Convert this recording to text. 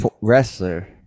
wrestler